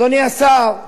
אדוני השר,